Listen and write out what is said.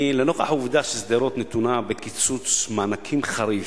לנוכח העובדה ששדרות נתונה בקיצוץ מענקים חריף,